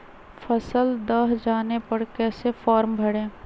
फसल दह जाने पर कैसे फॉर्म भरे?